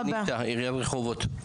עיריית רחובות.